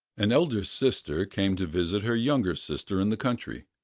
an elder sister came to visit her younger sister in the country.